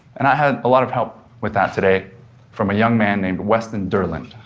and i had a lot of help with that today from a young man named weston durland,